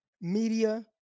Media